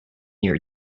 your